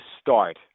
start